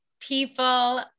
people